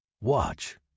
Watch